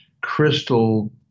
crystal